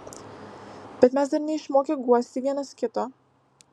bet mes dar neišmokę guosti vienas kito